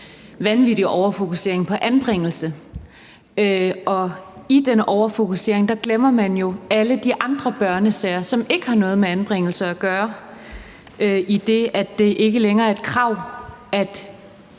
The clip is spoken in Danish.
vanvittig overfokusering på anbringelse, og i den overfokusering glemmer man jo alle de andre børnesager, som ikke har noget med anbringelse at gøre, idet det ikke længere er et krav, at